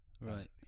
Right